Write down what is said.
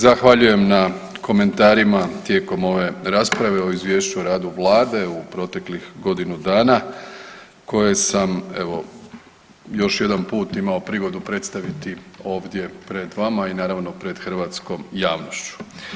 Zahvaljujem na komentarima tijekom ove rasprave o Izvješću o radu Vlade u proteklih godinu dana koje sam evo još jedan put imao prigodu predstaviti ovdje pred vama i naravno pred hrvatskom javnošću.